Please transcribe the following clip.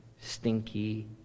stinky